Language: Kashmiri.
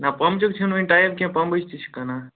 نَہ پمبچُک چھُنہٕ وٕنہِ ٹایم کیٚنٛہہ پمبَچ تہِ چھِ کٕنان